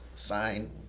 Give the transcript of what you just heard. sign